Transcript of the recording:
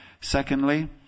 secondly